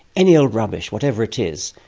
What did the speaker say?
any old rubbish, whatever it is,